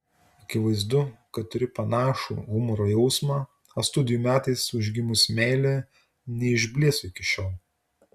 akivaizdu kad turi panašų humoro jausmą o studijų metais užgimusi meilė neišblėso iki šiol